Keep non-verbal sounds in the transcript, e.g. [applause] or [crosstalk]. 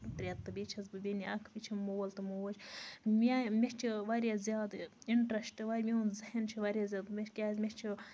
ترٛےٚ تہٕ بیٚیہِ چھَس بہٕ بیٚنہِ اکھ بیٚیہِ چھَم مول تہٕ موج مےٚ مےٚ چھُ واریاہ زیادٕ اِنٹرَسٹہٕ یِوان یِہٕنٛز یِم چھِ واریاہ زیادٕ [unintelligible] کیٛازِ مےٚ چھُ